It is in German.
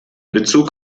bezug